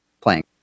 playing